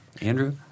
Andrew